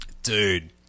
Dude